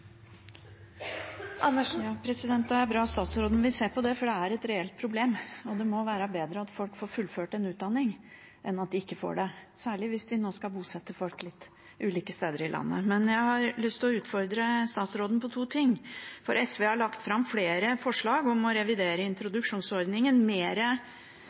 bra at statsråden vil se på det, for det er et reelt problem. Det må være bedre at folk får fullført en utdanning enn at de ikke får det – særlig hvis man skal bosette folk ulike steder i landet. Jeg har lyst til å utfordre statsråden på to ting. SV har lagt fram flere forslag om å revidere